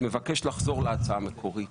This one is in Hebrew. ומבקש לחזור להצעה המקורית